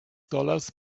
dollars